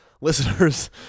listeners